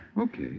Okay